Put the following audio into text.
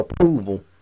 approval